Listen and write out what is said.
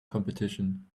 competition